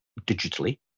digitally